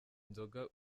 inzoga